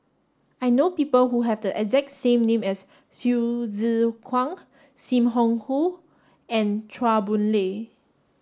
I know people who have the exact name as Hsu Tse Kwang Sim Wong Hoo and Chua Boon Lay